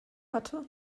hatte